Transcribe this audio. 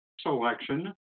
selection